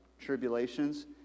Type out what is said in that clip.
tribulations